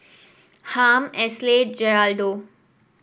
Harm Esley Geraldo